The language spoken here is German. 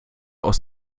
aus